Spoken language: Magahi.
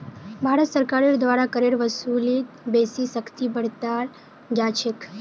भारत सरकारेर द्वारा करेर वसूलीत बेसी सख्ती बरताल जा छेक